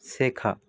শেখা